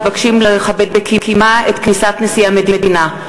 אתם מתבקשים לכבד בקימה את כניסת נשיא המדינה.